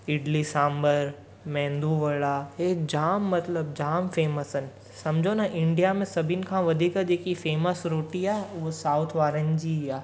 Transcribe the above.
इडली सांभर मैंदू वडा हे जामु मतिलबु जामु फैमस आहिनि सम्झो न इंडिया में सभिनि खां वधीक जेकी फेमस रोटी आहे उहो साउथ वारनि जी ई आहे